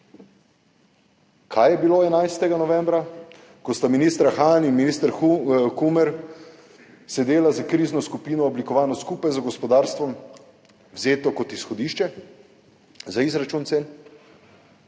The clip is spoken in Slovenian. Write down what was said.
Kaj je bilo 11. novembra, ko sta minister Han in minister Kumer sedela s krizno skupino, oblikovano skupaj z gospodarstvom, vzeto kot izhodišče za izračun cen?